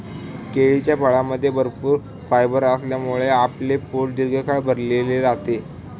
केळीच्या फळामध्ये भरपूर फायबर असल्यामुळे आपले पोट दीर्घकाळ भरलेले राहते